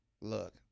look